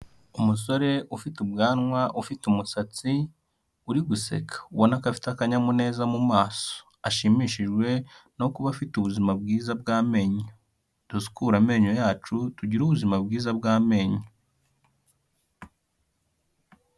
Umusore ufite ubwanwa, ufite umusatsi uri guseka ubona ko afite akanyamuneza mu maso ashimishijwe no kuba afite ubuzima bwiza bw'amenyo, dusukure amenyo yacu tugire ubuzima bwiza bw'amenyo.